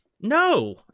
No